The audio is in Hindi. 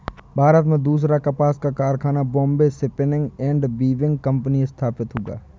भारत में दूसरा कपास कारखाना Bombay spinning and weaving company स्थापित हुआ